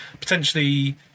potentially